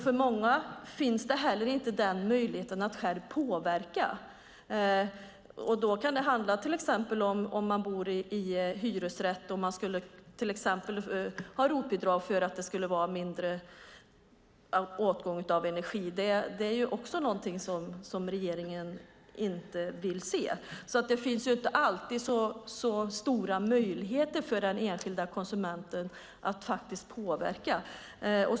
För många finns det heller ingen möjlighet att själva påverka om man till exempel bor i en hyresrätt och skulle få ROT-bidrag för att det är mindre åtgång av energi. Det är någonting som regeringen inte vill se. Det finns inte alltid så stora möjligheter för den enskilda konsumenten att påverka.